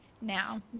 now